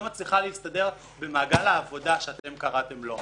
מצליחה להסתדר במעגל העבודה שאתם קראתם לו.